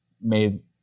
made